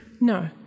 No